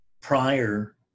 prior